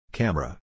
camera